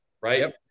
right